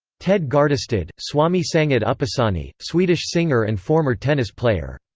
ted gardestad, swami sangit upasani, swedish singer and former tennis player.